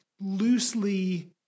loosely